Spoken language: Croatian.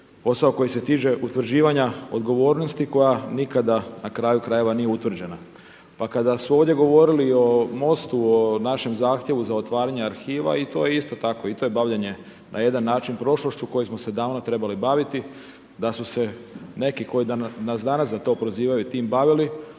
posao koji se tiče utvrđivanja odgovornosti koja nikada na kraju krajeva nije utvrđena. Pa kada su ovdje govorili i o MOST-u, o našem zahtjevu za otvaranje arhiva to je isto tako. I to je bavljenje na jedan način prošlošću kojom smo se davno trebali baviti, da su se neki koji nas danas za to prozivaju tim bavili